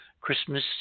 Christmas